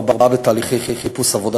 ארבעה בתהליכי חיפוש עבודה,